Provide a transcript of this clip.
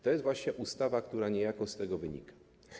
To jest właśnie ustawa, która niejako z tego wynika.